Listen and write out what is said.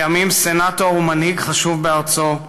לימים סנטור ומנהיג חשוב בארצו,